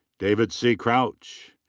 david c. crouch.